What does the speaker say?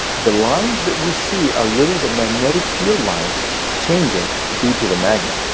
the lines that you see are really the magnetic field lines changing due to the magnet.